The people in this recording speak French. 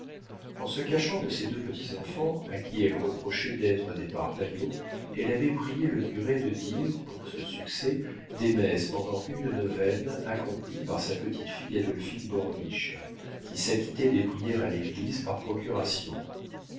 en se cachant de ses deux petits-enfants à qui elle reprochait d'être des parpaillots elle avait prié le curé de dire pour ce succès des messes pendant une neuvaine accomplie par sa petite fille adolphine borniche qui s'acquittait des prières à l'église par procuration